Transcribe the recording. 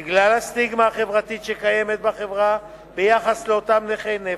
בגלל הסטיגמה החברתית שקיימת בחברה ביחס לאותם נכי נפש,